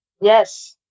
Yes